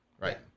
right